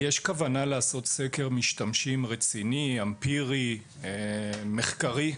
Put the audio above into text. יש כוונה לעשות סקר משתמשים רציני, אמפירי, מחקרי?